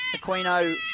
Aquino